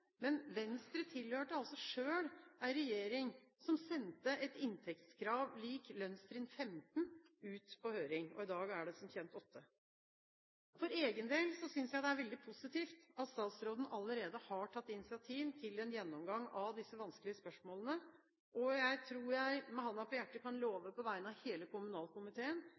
Men Venstre tilhørte selv en regjering som sendte et inntektskrav lik lønnstrinn 15 ut på høring, og i dag er det som kjent 8. For egen del synes jeg det er veldig positivt at statsråden allerede har tatt initiativ til en gjennomgang av disse vanskelige spørsmålene. Jeg tror jeg med hånden på hjertet på vegne av hele kommunalkomiteen